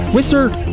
Wizard